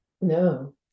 No